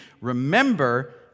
remember